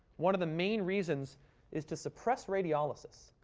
one of the main reasons is to suppress radiolysis.